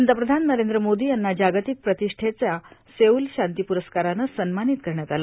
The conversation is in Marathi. पंतप्रधान नरेंद्र मोदी यांना जागतिक प्रतिष्ठेचा सेऊल शांती प्रस्कारानं सन्मानित करण्यात आलं